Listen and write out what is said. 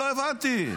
לא הבנתי.